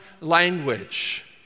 language